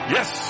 Yes